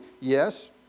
Yes